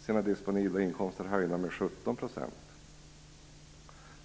sina disponibla inkomster höjda med 17 %.